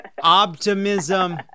optimism